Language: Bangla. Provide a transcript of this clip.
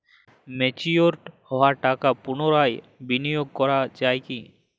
ম্যাচিওর হওয়া টাকা পুনরায় বিনিয়োগ করা য়ায় কি?